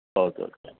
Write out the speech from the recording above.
okay okay